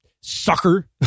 sucker